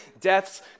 death's